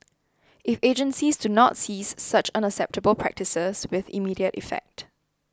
if agencies do not cease such unacceptable practices with immediate effect